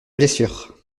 blessure